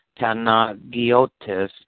Tanagiotis